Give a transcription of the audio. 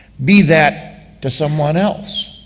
be that to someone else.